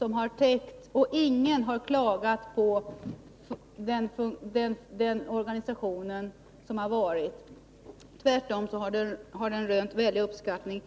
och täckt behoven. Ingen har klagat på den organisationen. Tvärtom har den rönt en väldig uppskattning.